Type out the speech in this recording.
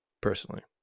personally